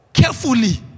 Carefully